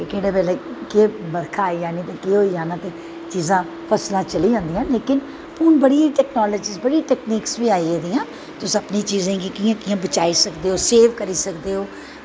केह्ड़े बेल्ले केह् बर्खा आई जानी ते केह् चीज़ां फसलां चली जंदियां न लेकिन हून बड़ी टैकनॉलजी बड़ा टैकनीकस बी आई गेदियां न तुस अपनीं अपनीं चीज़ें गी कियां कियां बचाई सकदे ओ कियां सेफ करी सकदे ओ